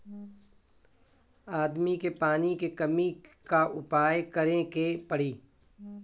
आदमी के पानी के कमी क उपाय करे के पड़ी